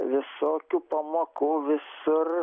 visokių pamokų visur